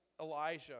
Elijah